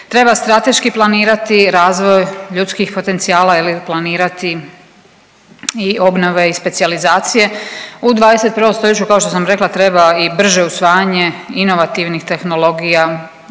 Treba strateški planirati razvoj ljudskih potencijala, je li planirati i obnove i specijalizacije. U 21. stoljeću kao što sam rekla treba i brže usvajanje inovativnih tehnologija,